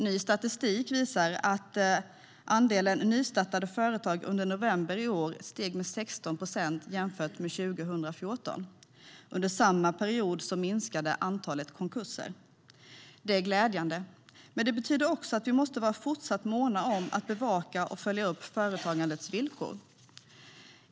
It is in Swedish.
Ny statistik visar att antalet nystartade företag under november i år steg med 16 procent jämfört med 2014. Under samma period minskade antalet konkurser. Det är glädjande, men det betyder också att vi måste vara fortsatt måna om att bevaka och följa upp företagandets villkor.